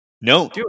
no